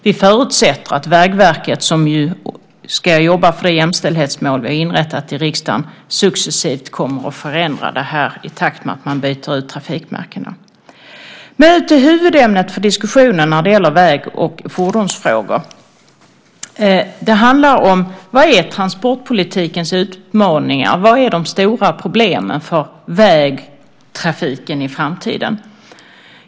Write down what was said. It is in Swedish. Vi förutsätter att Vägverket, som ska jobba för det jämställdhetsmål vi i riksdagen har inrättat, successivt kommer att förändra det i takt med att man byter ut trafikmärkena. Nu till huvudämnet för diskussionen när det gäller väg och fordonsfrågor. Vilka är transportpolitikens utmaningar? Vilka är de stora problemen för vägtrafiken i framtiden?